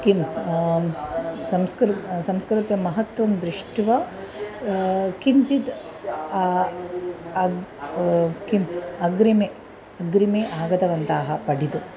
किं संस्कृतस्य संस्कृतमहत्त्वं दृष्ट्वा किञ्चित् अग्रे किम् अग्रिमे अग्रिमे आगतवन्तः पठितुम्